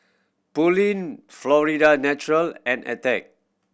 Pureen Florida Natural and Attack